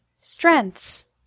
Strengths